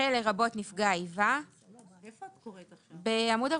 "נכה לרבות נפגע איבה, "נפגע איבה"